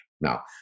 Now